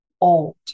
old